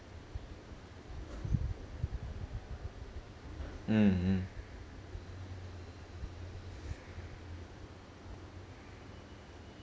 mm mm